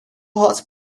hat